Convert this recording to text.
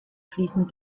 fließen